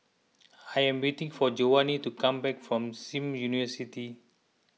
I am waiting for Jovanni to come back from Sim University